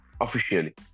officially